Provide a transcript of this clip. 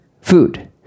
food